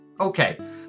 okay